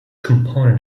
component